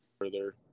further